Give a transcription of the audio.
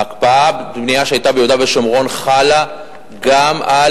ההקפאה בבנייה שהיתה ביהודה ושומרון חלה גם על